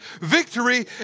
victory